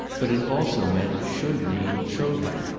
but it also meant, should mean, children.